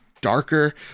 darker